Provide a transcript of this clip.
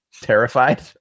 Terrified